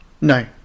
No